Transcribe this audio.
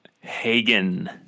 hagen